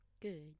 Good